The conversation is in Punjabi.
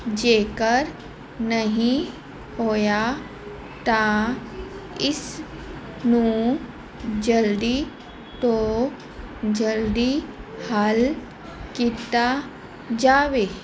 ਜੇਕਰ ਨਹੀਂ ਹੋਇਆ ਤਾਂ ਇਸ ਨੂੰ ਜਲਦੀ ਤੋਂ ਜਲਦੀ ਹਲ ਕੀਤਾ ਜਾਵੇ